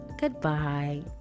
goodbye